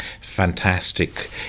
fantastic